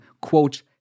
quote